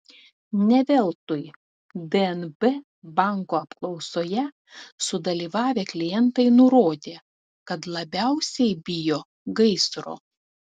ne veltui dnb banko apklausoje sudalyvavę klientai nurodė kad labiausiai bijo gaisro